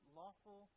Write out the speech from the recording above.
lawful